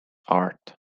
art